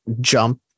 jump